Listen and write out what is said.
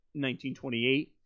1928